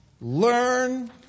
learn